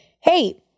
Hey